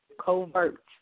covert